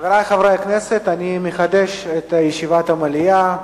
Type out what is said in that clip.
חברי חברי הכנסת, אני מחדש את ישיבת המליאה.